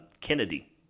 Kennedy